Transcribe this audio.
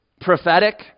prophetic